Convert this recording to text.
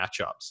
matchups